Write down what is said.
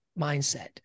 mindset